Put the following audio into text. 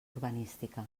urbanística